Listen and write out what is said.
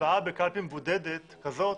הצבעה בקלפי מבודדת כזאת,